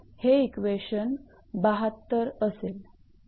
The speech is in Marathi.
हे इक्वेशन 72 असेल